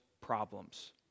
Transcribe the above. problems